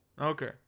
Okay